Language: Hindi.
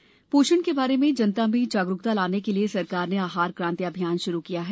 आहार क्रांति अभियान पोषण के बारे में जनता में जागरूकता लाने के लिए सरकार ने आहार क्रांति अभियान शुरू किया है